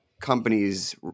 companies